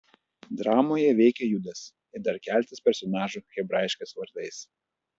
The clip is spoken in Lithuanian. dramoje veikia judas ir dar keletas personažų hebraiškais vardais